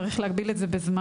צריך להגביל את זה בזמן,